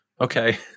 okay